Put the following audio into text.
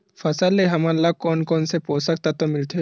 फसल से हमन ला कोन कोन से पोषक तत्व मिलथे?